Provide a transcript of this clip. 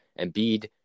Embiid